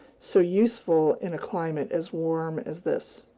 so useful in a climate as warm as this.